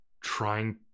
trying